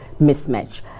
mismatch